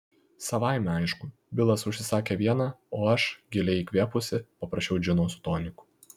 savaime aišku bilas užsisakė vieną o aš giliai įkvėpusi paprašiau džino su toniku